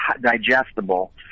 digestible